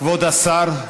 כבוד השר,